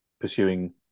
pursuing